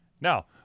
Now